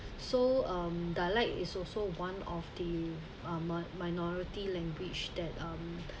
so um dialect is also one of the um mi~ minority language that um